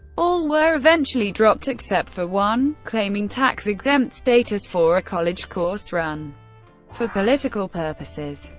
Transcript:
all were eventually dropped except for one claiming tax-exempt status for a college course run for political purposes.